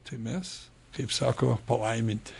tai mes kaip sako palaiminti